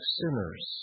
sinners